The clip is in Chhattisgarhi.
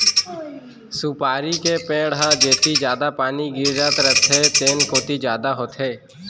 सुपारी के पेड़ ह जेती जादा पानी गिरत रथे तेन कोती जादा होथे